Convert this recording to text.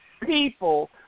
people